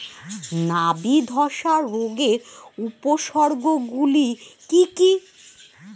নাবি ধসা রোগের উপসর্গগুলি কি কি?